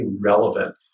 relevant